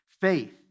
Faith